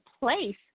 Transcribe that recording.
place